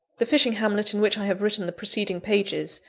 the fishing hamlet in which i have written the preceding pages,